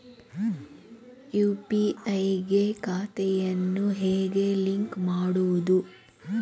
UPI ಗೆ ಖಾತೆಯನ್ನು ಹೇಗೆ ಲಿಂಕ್ ಮಾಡುವುದು?